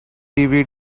dvd